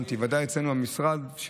רלוונטי ועדיין אצלנו במשרד,